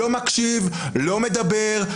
לא מקשיב, לא מדבר.